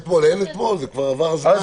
אין אתמול, כבר עבר הזמן.